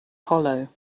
hollow